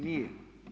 Nije.